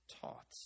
taught